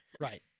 Right